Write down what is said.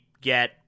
get